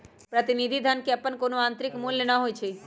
प्रतिनिधि धन के अप्पन कोनो आंतरिक मूल्य न होई छई